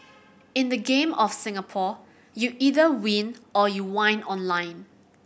in the Game of Singapore you either win or you whine online